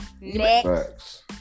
Next